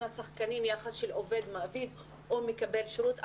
השחקנים יחס של עובד-מעביד או מקבל שירות.